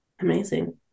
amazing